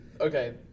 Okay